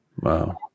Wow